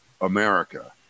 America